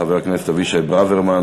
חבר הכנסת אבישי ברוורמן,